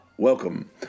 welcome